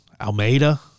Almeida